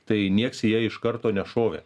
tai nieks į ją iš karto nešovė